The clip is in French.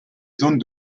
zones